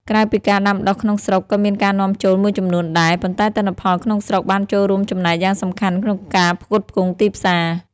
ក្រៅពីការដាំដុះក្នុងស្រុក ក៏មានការនាំចូលមួយចំនួនដែរ ប៉ុន្តែទិន្នផលក្នុងស្រុកបានចូលរួមចំណែកយ៉ាងសំខាន់ក្នុងការផ្គត់ផ្គង់ទីផ្សារ។